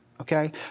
Okay